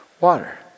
water